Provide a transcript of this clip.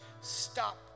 Stop